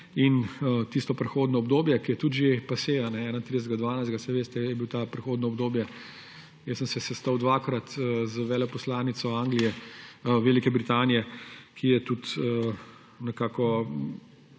in tisto prehodno obdobje, ki je tudi že pasé 21. 12. Saj veste, je bilo to prehodno obdobje. Jaz sem se sestal dvakrat z veleposlanico Velike Britanije, ki je tudi nekako